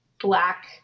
black